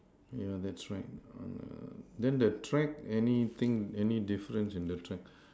yeah that's right on err then the track anything any difference in the track